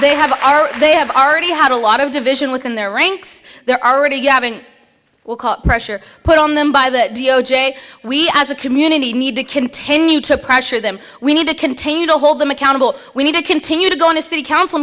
they have they have already had a lot of division within their ranks there are already having well pressure put on them by the d o j we as a community need to continue to pressure them we need to continue to hold them accountable we need to continue to go on to city council